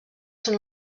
són